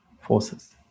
forces